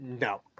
No